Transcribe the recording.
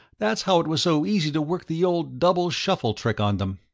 that's how it was so easy to work the old double-shuffle trick on them.